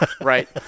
Right